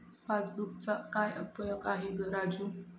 पासबुकचा काय उपयोग आहे राजू?